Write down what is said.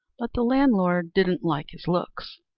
but the landlord didn't like his looks.